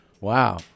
Wow